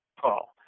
Paul